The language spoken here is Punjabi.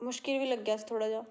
ਮੁਸ਼ਕਿਲ ਵੀ ਲੱਗਿਆ ਸੀ ਥੋੜ੍ਹਾ ਜਿਹਾ